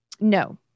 No